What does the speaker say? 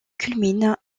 culmine